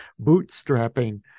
bootstrapping